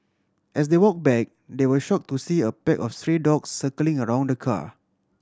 as they walk back they were shock to see a pack of stray dogs circling around the car